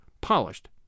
polished